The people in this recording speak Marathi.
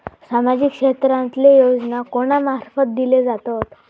सामाजिक क्षेत्रांतले योजना कोणा मार्फत दिले जातत?